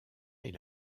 est